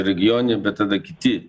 regionį bet tada kiti